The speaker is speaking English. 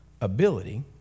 ability